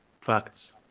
Facts